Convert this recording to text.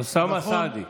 אוסאמה סעדי.